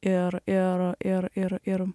ir ir ir ir ir